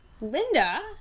Linda